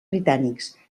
britànics